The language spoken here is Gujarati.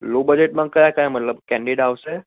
લો બજેટમાં કયા કયા મતલબ કેનડિડ આવશે